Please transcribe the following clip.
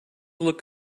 look